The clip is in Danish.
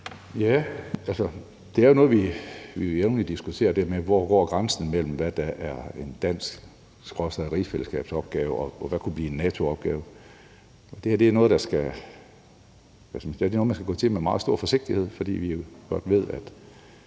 Det er jo noget, vi jævnligt diskuterer, altså hvor grænsen mellem hvad der er en dansk/rigsfællesskabs-opgave, og hvad der kunne blive en NATO-opgave, går, og det her er noget, man skal gå til med meget stor forsigtighed, fordi vi jo godt ved,